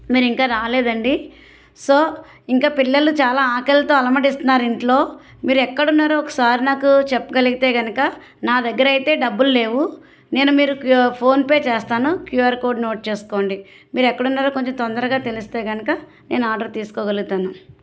మీరు ఇంకా రాలేదండి సో ఇంక పిల్లలు చాలా ఆకలితో అలమటిస్తున్నారు ఇంట్లో మీరు ఎక్కడున్నారో ఒకసారి నాకు చెప్పగలిగితే గనుక నా దగ్గర అయితే డబ్బుల్లేవు నేను మీరు క్యూ ఫోన్ పే చేస్తాను క్యూఆర్ కోడ్ నోట్ చేసుకోండి మీరు ఎక్కడున్నారో కొంచెం తొందరగా తెలిస్తే కనుక నేను ఆర్డర్ తీసుకోగలుగుతాను